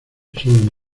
solo